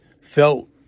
felt